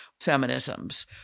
feminisms